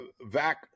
Vac